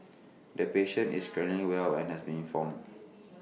the patient is currently well and has been informed